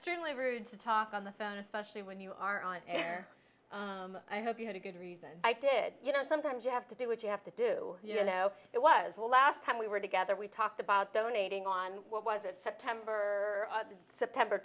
certainly rude to talk on the phone especially when you are on air i hope you had a good reason i did you know sometimes you have to do what you have to do you know it was the last time we were together we talked about donating on what was it september september